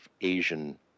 Asian